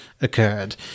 occurred